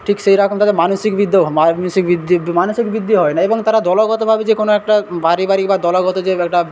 ঠিক সেই রকম তাদের মানসিক বৃদ্ধিও মানসিক বৃদ্ধি একটু মানসিক বৃদ্ধিও হয় না এবং তারা দলগতভাবে যে কোনো একটা বাড়ি বাড়ি বা দলগত যে একটা